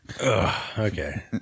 Okay